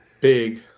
Big